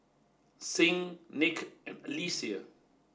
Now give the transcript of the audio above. Sing Nick and Alexia